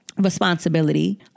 responsibility